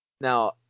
Now